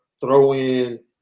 throw-in